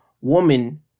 woman